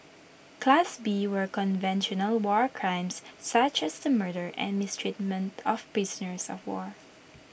class B were conventional war crimes such as the murder and mistreatment of prisoners of war